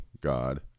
God